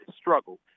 struggle